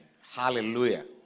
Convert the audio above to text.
hallelujah